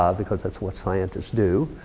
because that's what scientists do.